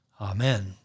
Amen